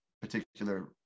particular